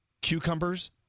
cucumbers